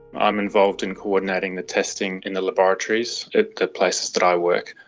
i'm involved in coordinating the testing in the laboratories in the places that i work.